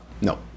No